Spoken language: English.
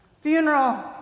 Funeral